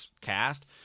cast